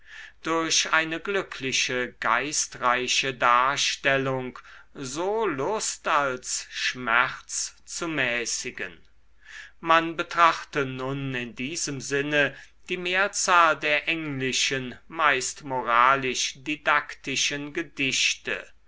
durch eine glückliche geistreiche darstellung so lust als schmerz zu mäßigen man betrachte nun in diesem sinne die mehrzahl der englischen meist moralisch didaktischen gedichte